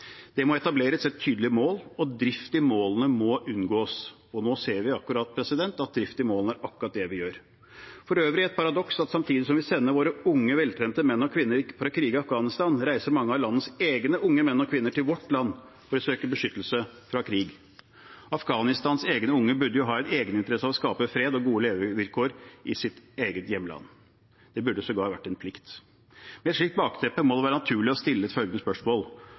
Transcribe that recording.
Det må etableres et tydelig mål, og drift i målene må unngås. Nå ser vi at drift i målene er akkurat det som skjer. For øvrig er det et paradoks at samtidig som vi sender våre unge, veltrente menn og kvinner ut for å krige i Afghanistan, reiser mange av landets egne unge menn og kvinner til vårt land for å søke beskyttelse fra krig. Afghanistans egne unge burde jo ha en egeninteresse av å skape fred og gode levevilkår i sitt eget hjemland. Det burde sågar vært en plikt. Med et slikt bakteppe må det være naturlig å stille følgende spørsmål: